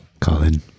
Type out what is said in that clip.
colin